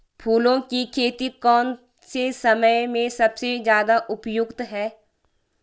फूलों की खेती कौन से समय में सबसे ज़्यादा उपयुक्त है?